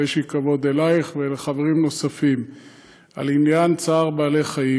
ויש לי כבוד אלייך ולחברים נוספים על עניין צער בעלי חיים,